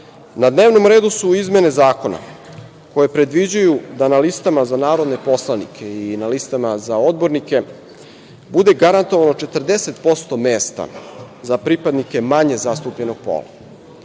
dnevnom redu su izmene zakona koje predviđaju da na listama za narodne poslanike i na listama za odbornike bude garantovano 40% mesta za pripadnike manje zastupljenog pola.